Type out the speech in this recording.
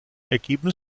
ergeben